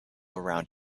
around